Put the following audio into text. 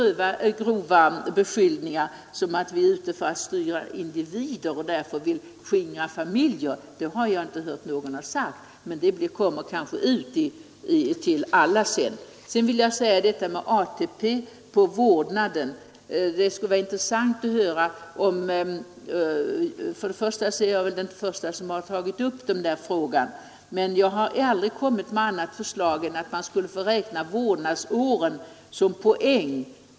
Så grova beskyllningar som att vi är ute efter att styra individer och därför vill skingra familjerna har jag inte hört någon framkasta tidigare, men de når kanske ut till alla så småningom. Sedan är väl jag den första som tagit upp frågan om ATP för vårdnaden. Men jag har inte föreslagit. något annat än att man skall få räkna vårdnadsår som poäng.